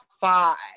five